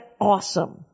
awesome